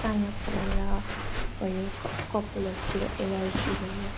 चाया परेर भयो क कपालहरूतिर एलर्जी भयो